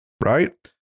right